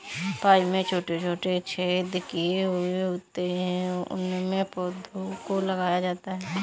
pipe में छोटे छोटे छेद किए हुए होते हैं उनमें पौधों को लगाया जाता है